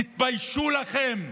תתביישו לכם.